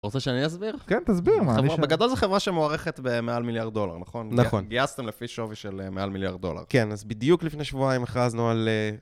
רוצה שאני אסביר? כן, תסביר. בגדול זו חברה שמוערכת במעל מיליארד דולר, נכון? נכון. גייסתם לפי שווי של מעל מיליארד דולר. כן, אז בדיוק לפני שבועיים הכרזנו על...